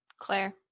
Claire